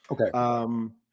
Okay